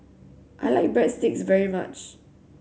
I like Breadsticks very much